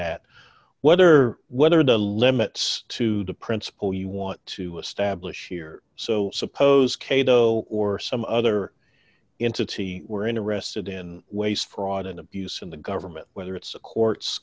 that whether whether the limits to the principle you want to establish here so suppose cato or some other entity were interested in waste fraud and abuse in the government whether it's a courts